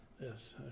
Yes